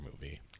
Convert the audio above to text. movie